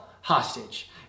hostage